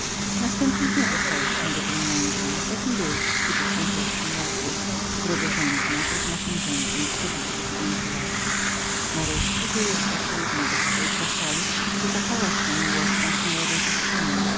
następnie znowu stajesz się dobrym mężem jakim byłeś w roku którego wykładnik równa się wykładnikowi nareszcie wyjeżdżasz do jednego z twoich wazalów gdzie zapalasz się miłością ku młodej dziewczynie